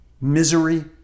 misery